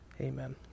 Amen